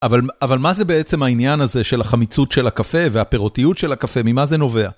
אבל מה זה בעצם העניין הזה של החמיצות של הקפה והפירותיות של הקפה, ממה זה נובע?